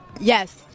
Yes